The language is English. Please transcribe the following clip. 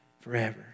forever